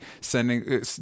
sending